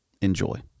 Enjoy